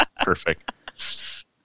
Perfect